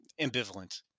ambivalent